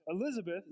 Elizabeth